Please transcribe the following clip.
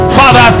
father